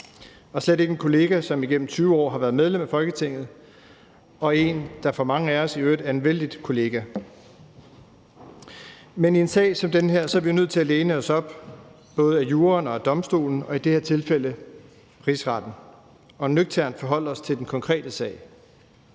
og slet ikke en kollega, som igennem 20 år har været medlem af Folketinget, og en, der for mange af os i øvrigt er en vellidt kollega. Men i en sag som den her er vi jo nødt til at læne os op ad både juraen og domstolen, i det her tilfælde Rigsretten, og nøgternt forholde os til den konkrete sag.